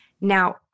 Now